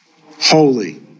holy